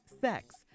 sex